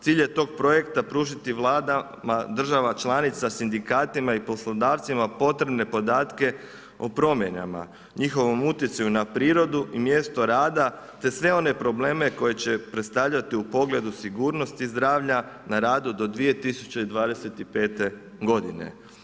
Cilj je tog projekta pružiti vladama država članica, sindikatima i poslodavcima potrebne podatke o promjenama, njihovom utjecaju na prirodu i mjestu rada te sve one probleme koje će predstavljati u pogledu sigurnosti zdravlja na radu do 2025. godine.